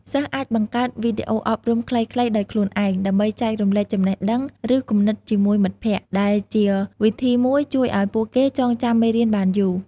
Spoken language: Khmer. សិស្សអាចបង្កើត វីដេអូអប់រំខ្លីៗ ដោយខ្លួនឯង ដើម្បីចែករំលែកចំណេះដឹង ឬគំនិតជាមួយមិត្តភក្តិ ដែលជាវិធីមួយជួយឲ្យពួកគេចងចាំមេរៀនបានយូរ។